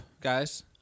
guys